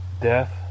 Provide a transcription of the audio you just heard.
Death